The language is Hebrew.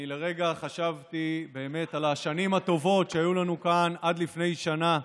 אני לרגע חשבתי באמת על השנים הטובות שהיו לנו כאן עד לפני שנה.